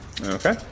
Okay